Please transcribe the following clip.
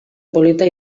polita